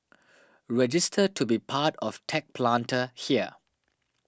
register to be part of Tech Planter here